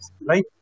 right